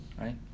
right